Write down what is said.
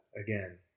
Again